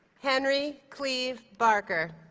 henry cleave barker